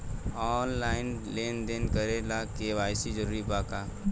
Online लेन देन करे ला के.वाइ.सी जरूरी बा का?